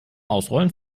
ausrollen